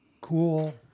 cool